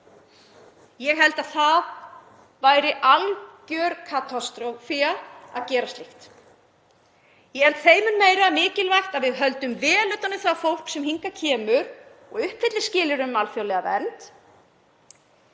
Ég held að það yrði algjör katastrófa að gera slíkt. Ég held að það sé þeim mun mikilvægara að við höldum vel utan um það fólk sem hingað kemur og uppfyllir skilyrði um alþjóðlega vernd.